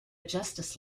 justice